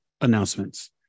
announcements